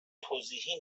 توضیحی